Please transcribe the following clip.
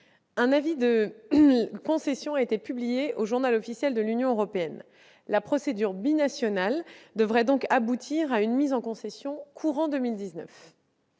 un avis de concession a été publié au de l'Union européenne. La procédure binationale devrait donc aboutir à une mise en concession courant 2019.